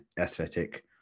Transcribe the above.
aesthetic